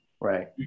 Right